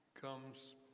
comes